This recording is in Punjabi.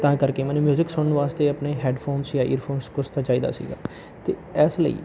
ਤਾਂ ਕਰਕੇ ਮੈਨੂੰ ਮਿਊਜ਼ਿਕ ਸੁਣਨ ਵਾਸਤੇ ਆਪਣੇ ਹੈੱਡਫ਼ੋਨਸ ਜਾਂ ਈਅਰਫ਼ੋਨਸ ਕੁਛ ਤਾਂ ਚਾਹੀਦਾ ਸੀਗਾ ਤਾਂ ਐਸ ਲਈ